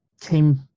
came